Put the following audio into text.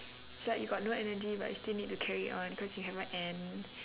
it's like you got no energy but you still need to carry on because you haven't end